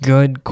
Good